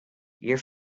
your